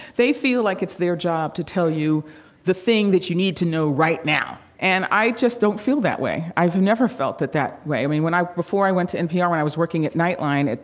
they feel like it's their job to tell you the thing that you need to know right now. and i just don't feel that way. i've never felt that that way. i mean, when before i went to npr when i was working at nightline, it,